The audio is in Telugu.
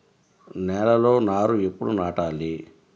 నేలలో నారు ఎప్పుడు నాటాలి?